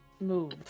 Move